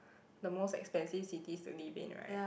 the most expensive cities to live in right